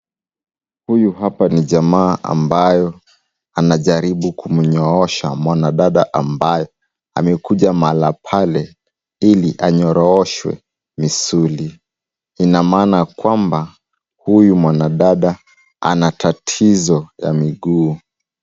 Huyu hapa ni jamaa ambayo anajaribu kumunyoosha mwanadada ambaye amekuja mahala pale, ili anyorooshwe misuli. Ina maana kwamba, huyu mwanadada ana tatizo la miguu.